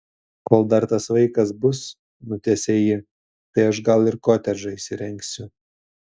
kol dar tas vaikas bus nutęsia ji tai aš gal ir kotedžą įsirengsiu